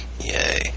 Yay